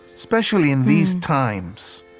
especially in these times